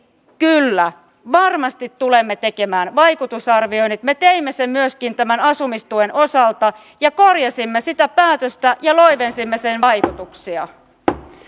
kyllä varmasti tulemme tekemään vaikutusarvioinnit me teimme sen myöskin tämän asumistuen osalta ja korjasimme sitä päätöstä ja loivensimme sen vaikutuksia